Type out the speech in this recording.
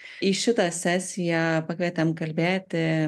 į šitą sesiją pakvietėm kalbėti